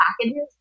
packages